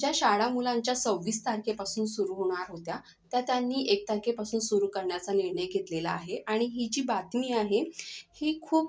ज्या शाळा मुलांच्या सव्वीस तारखेपासून सुरू होणार होत्या त्या त्यांनी एक तारखेपासून सुरू करण्याचा निर्णय घेतलेला आहे आणि ही जी बातमी आहे ही खूप